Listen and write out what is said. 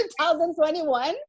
2021